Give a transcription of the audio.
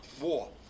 war